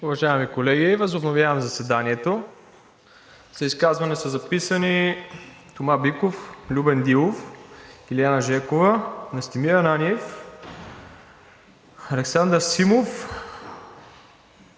Уважаеми колеги, възобновявам заседанието. За изказване са записани Тома Биков, Любен Дилов, Илияна Жекова, Настимир Ананиев, Александър Симов